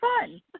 fun